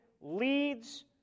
leads